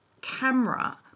camera